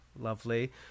lovely